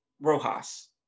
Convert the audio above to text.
Rojas